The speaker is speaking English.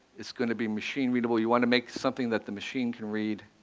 it's going to be machine-readable. you want to make something that the machine can read.